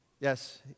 Yes